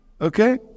okay